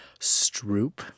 Stroop